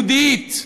יהודית,